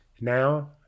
Now